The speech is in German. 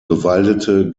bewaldete